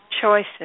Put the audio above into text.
choices